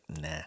nah